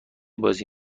بازی